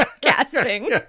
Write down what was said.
Casting